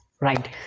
right